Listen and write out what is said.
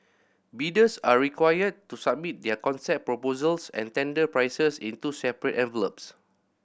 bidders are required to submit their concept proposals and tender prices in two separate envelopes